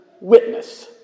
witness